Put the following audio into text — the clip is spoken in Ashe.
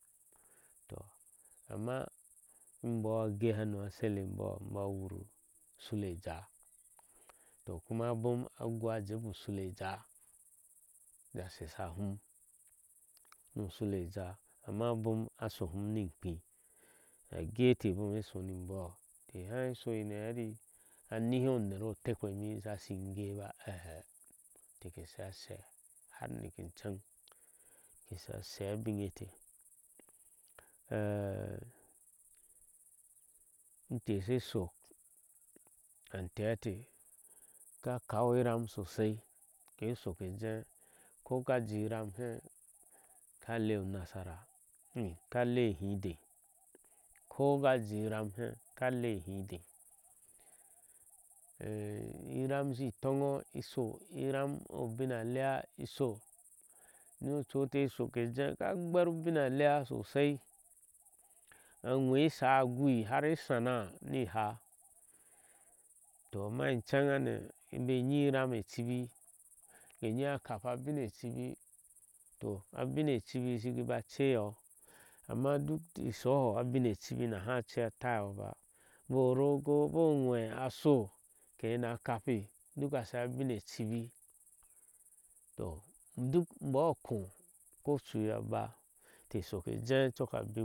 Amma mboh agɛ hano asale mboh wur suleja to kuma abom agui ajɛh bo suleja ja shahsha hun nu suleja amma abom a shohum ni ukphim agɛtɛ bom kɛ sho ni mboh kɛ hai shoyir na ti anihiuner otekpe mi me sha shi ngɛ ba ehe intɛ kɛ sha she har niki cheng te sha she binge tɛ inte she shok antɛɛ te ka kau ram sosai ke sho je jeh kog a ji ram he ka iɛu nasara hi ka lei ihideh ko gaji ram he ka lei ihideh ivam sha tɔɔngo isho iram obin alea ushonu ochui tɛ shok ke jhenk gberubinalea sosai anwei sha gui har ɛ sana ni ha tɔ amma ŋcheneng be nyi rame cibi ke nyi kapa abinecibi tɔ amma chuk ni shoho abine cibi naha cɛ atayɔɔ ba boh rogo boh we asho ke hina kapi duka sha binne cibi tɔ duk mboh khoh ko cui aba. nte shoke jee coka abin.